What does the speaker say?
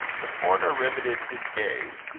the foreigner riveted his gaze,